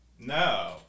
No